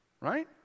right